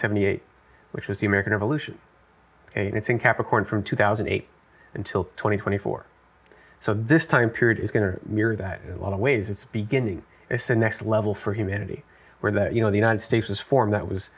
seventy eight which is the american revolution and it's in capricorn from two thousand and eight until twenty twenty four so this time period is going to mirror that a lot of ways it's beginning to see next level for humanity where that you know the united states was formed that was